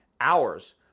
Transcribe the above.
hours